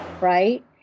Right